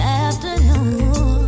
afternoon